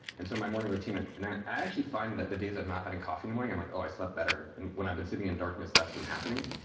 and so in my morning routine ah and i actually find that the days of not having coffee in the morning i'm like oh, i slept better. and when i've been sitting in darkness that's been happening